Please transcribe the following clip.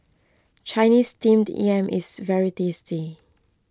Chinese Steamed Yam is very tasty